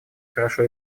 хорошо